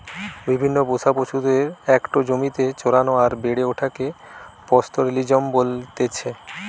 বিভিন্ন পোষা পশুদের একটো জমিতে চরানো আর বেড়ে ওঠাকে পাস্তোরেলিজম বলতেছে